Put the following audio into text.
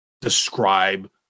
describe